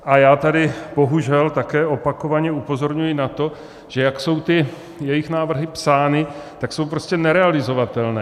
A já tady bohužel také opakovaně upozorňuji na to, že jak jsou jejich návrhy psány, tak jsou prostě nerealizovatelné.